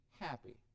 happy